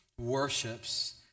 worships